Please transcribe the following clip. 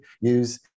use